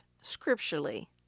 scripturally